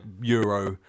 euro